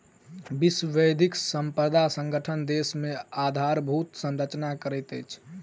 विश्व बौद्धिक संपदा संगठन देश मे आधारभूत संरचना करैत अछि